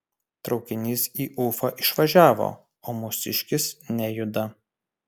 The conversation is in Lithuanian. traukinys į ufą išvažiavo o mūsiškis nejuda